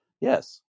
Yes